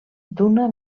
d’una